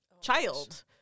child